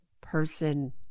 person